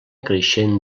creixent